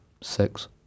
Six